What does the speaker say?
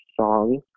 song